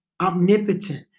omnipotent